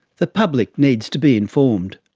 the public needs to be informed.